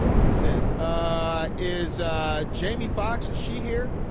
he says, ah is um jamie foxx, is she here?